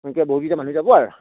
এনেকে বহু গিতা মানুহ যাব আৰ